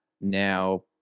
now